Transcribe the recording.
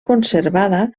conservada